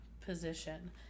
position